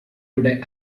today